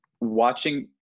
Watching